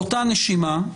באותה נשימה,